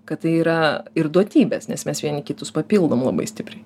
kad tai yra ir duotybės nes mes vieni kitus papildom labai stipriai